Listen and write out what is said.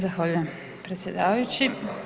Zahvaljujem predsjedavajući.